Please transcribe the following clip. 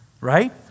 Right